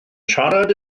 siarad